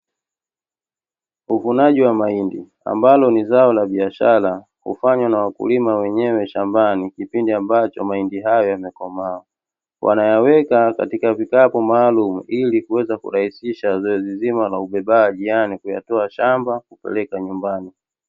Uvunaji wa mahindi ambalo ni zao la biashara, hufanywa na wakulima wenyewe shambani kipindi ambacho mahindi hayo yamekomaa. Wanayaweka katika vikapu maalumu, ili kuweza kurahisisha zoezi zima la ubebaji ,yaani kuyatoa shamba kupeleka nyumbani.